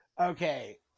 Okay